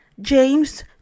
James